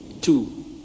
Two